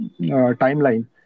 timeline